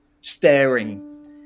staring